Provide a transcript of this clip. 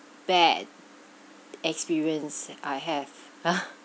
bad experience I have